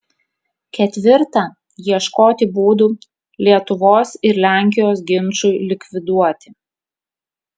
ketvirta ieškoti būdų lietuvos ir lenkijos ginčui likviduoti